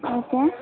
okay